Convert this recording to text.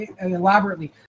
elaborately